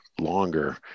longer